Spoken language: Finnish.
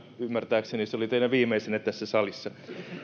ymmärtääkseni se oli teidän viimeisenne tässä salissa